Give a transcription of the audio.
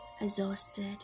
exhausted